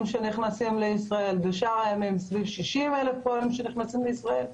שנכנסים לישראל ובשאר הימים סביב 60,000 פועלים שנכנסים לישראל.